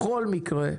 בכל מקרה,